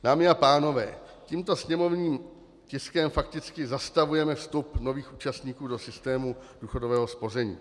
Dámy a pánové, tímto sněmovním tiskem fakticky zastavujeme vstup nových účastníků do systému důchodového spoření.